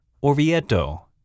Orvieto